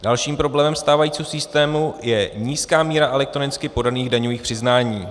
Dalším problémem stávajícího systému je nízká míra elektronicky podaných daňových přiznání.